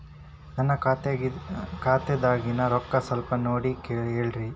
ನನ್ನ ಖಾತೆದಾಗಿನ ರೊಕ್ಕ ಸ್ವಲ್ಪ ನೋಡಿ ಹೇಳ್ರಿ